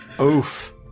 Oof